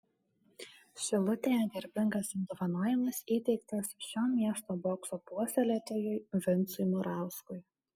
šilutėje garbingas apdovanojimas įteiktas šio miesto bokso puoselėtojui vincui murauskui